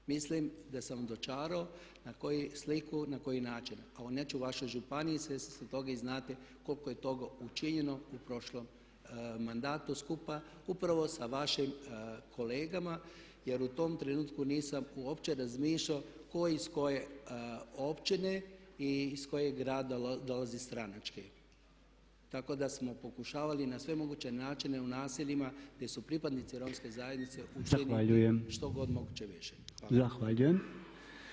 Mislim da sam dočarao sliku na koji način, a neću o vašoj županiji svjesni ste toga i znate koliko je toga učinjeno u prošlom mandatu skupa upravo sa vašim kolegama jer u tom trenutku nisam uopće razmišljao tko je iz koje općine i iz kojeg grada dolazi stranački, tako da smo pokušavali na sve moguće načine u naseljima gdje su pripadnici romske zajednice učinili što god moguće više.